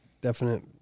definite